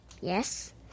Yes